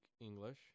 English